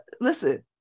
listen